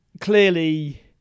Clearly